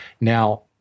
Now